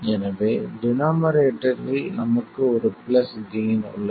எனவே டினோமரேட்டரில் நமக்கு ஒரு பிளஸ் கெய்ன் உள்ளது